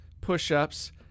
push-ups